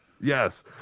Yes